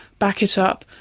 back it up.